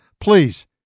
please